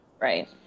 Right